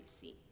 see